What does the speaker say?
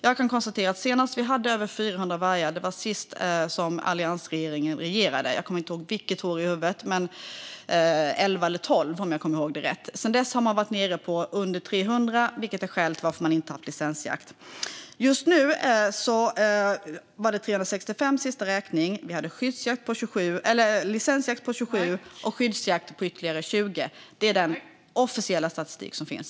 Jag kan konstatera att senast vi hade över 400 vargar var när Alliansen senast regerade. Jag kommer inte ihåg året i huvudet, men det bör ha varit 2011 eller 2012. Sedan dess har det varit nere på under 300, vilket är skälet till att man inte har haft licensjakt. Vid den senaste räkningen var det 365. Vi hade licensjakt på 27 och skyddsjakt på ytterligare 20. Det är den officiella statistik som finns.